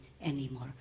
anymore